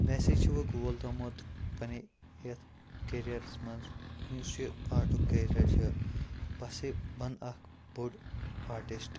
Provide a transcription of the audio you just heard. مےٚ ہاسے چھِ وۄنۍ گول تھوٚمُت پَنٕنۍ یَتھ کیریرَس منٛز مےٚ یُس یہِ آرٹُک کیریر چھُ بہٕ ہاسے بَن اَکھ بوٚڈ آرٹِسٹ